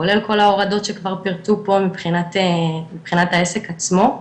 כולל כל ההורדות שכבר פירטו פה, מבחינת העסק עצמו.